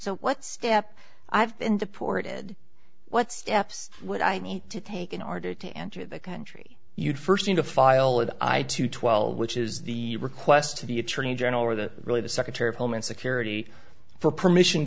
so what step i've been deported what steps would i need to take in order to enter the country you'd first need to file with i to twelve which is the request to the attorney general or the really the secretary of homeland security for permission